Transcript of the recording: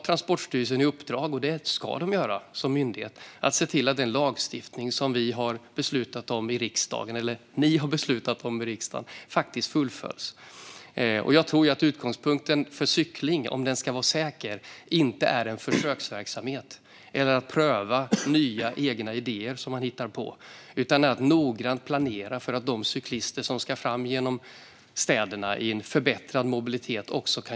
Transportstyrelsen har i uppdrag, som myndighet, att se till att den lagstiftning som riksdagen beslutat om faktiskt fullföljs. Jag tror inte att utgångspunkten för cykling, om den ska vara säker, är en försöksverksamhet eller att man prövar nya egna idéer som man hittar på. Det handlar i stället om att noggrant planera för att de cyklister som ska cykla fram genom städerna i en förbättrad mobilitet kan göra det säkert.